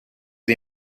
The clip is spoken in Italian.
dei